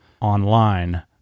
online